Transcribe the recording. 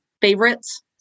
favorites